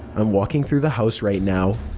i'm walking through the house right now.